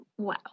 Wow